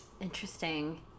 Interesting